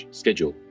schedule